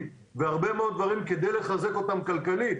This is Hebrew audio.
והרבה מאוד דברים כדי לחזק אותם כלכלית.